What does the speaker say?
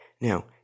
now